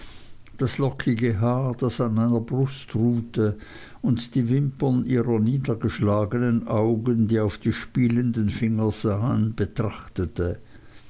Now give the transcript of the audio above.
das lockige haar das an meiner brust ruhte und die wimpern ihrer niedergeschlagenen augen die auf die spielenden finger sahen betrachtete